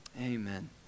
Amen